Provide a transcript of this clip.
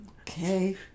Okay